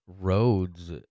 roads